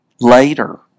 later